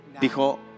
Dijo